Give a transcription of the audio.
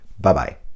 bye-bye